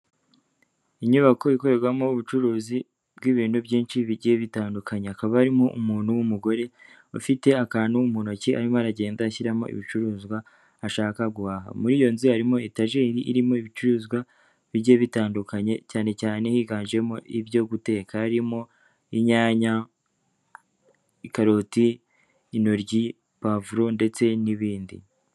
Inyubako ikorerwamo ubucuruzi bw'ibintu byinshi bigiye bitandukanye, hakaba harimo umuntu w'umugore ufite akantu mu ntoki arimo aragenda ashyiramo ibicuruzwa ashaka guhaha. Muri iyo nzu harimo etajeri irimo ibicuruzwa bigiye bitandukanye cyane cyane higanjemo ibyo guteka harimo, inyanya, karoti, inoryi, pavuro ndetse n'ibindi.